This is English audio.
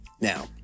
Now